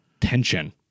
Tension